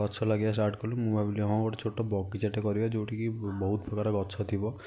ଗଛ ଲାଗିବା ଷ୍ଟାର୍ଟ କଲୁ ମୁଁ ଭାବିଲି ହଁ ଗୋଟେ ଛୋଟ ବଗିଚାଟେ କରିବା ଯେଉଁଠି କି ବହୁତ ପ୍ରକାର ଗଛ ଥିବ